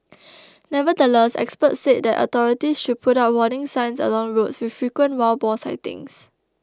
nevertheless experts said that authorities should put up warning signs along roads with frequent wild boar sightings